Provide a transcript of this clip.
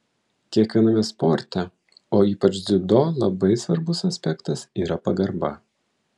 kiekviename sporte o ypač dziudo labai svarbus aspektas yra pagarba